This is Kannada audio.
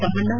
ತಮ್ಮಣ್ಣ